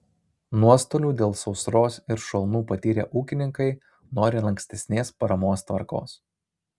nuostolių dėl sausros ir šalnų patyrę ūkininkai nori lankstesnės paramos tvarkos